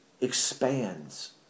expands